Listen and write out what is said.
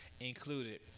included